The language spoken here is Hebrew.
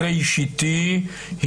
בראשיתי,